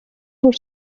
por